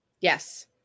Yes